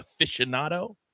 aficionado